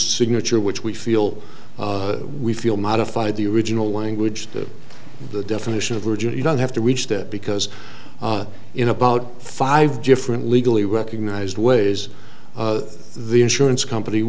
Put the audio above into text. signature which we feel we feel modified the original language to the definition of virgin you don't have to reach that because in about five different legally recognized ways the insurance company